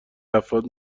افراد